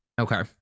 Okay